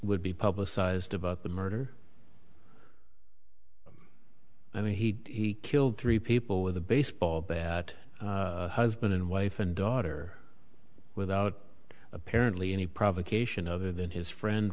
would be publicized about the murder and he killed three people with a baseball bat husband and wife and daughter without apparently any provocation other than his friend